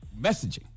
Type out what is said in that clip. messaging